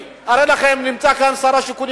הרי לכם, נמצא כאן שר השיכון.